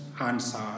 answer